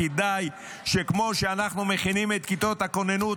כדאי שכמו שאנחנו מכינים את כיתות הכוננות,